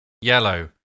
yellow